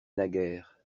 naguère